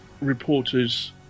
reporters